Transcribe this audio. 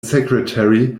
secretary